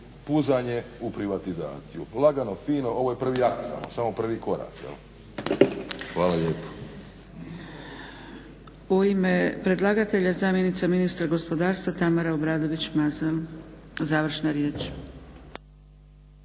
puzanje u privatizaciju, lagano fino ovo je prvi akt samo, samo prvi korak, jel. Hvala lijepo. **Zgrebec, Dragica (SDP)** U ime predlagatelja zamjenice ministra gospodarstva Tamara Obradović-Mazal završna riječ.